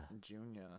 Junior